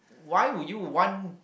why would you want